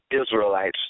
Israelites